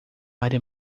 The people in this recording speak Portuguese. área